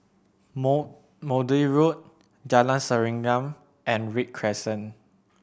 More Maude Road Jalan Serengam and Read Crescent